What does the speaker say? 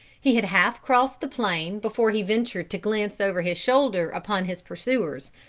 he had half crossed the plain before he ventured to glance over his shoulder upon his pursuers,